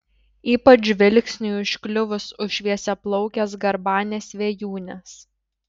ypač žvilgsniui užkliuvus už šviesiaplaukės garbanės vėjūnės